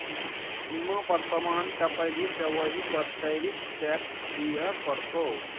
सीमा पर समान टपेभी तँ ओहि पर टैरिफ टैक्स दिअ पड़तौ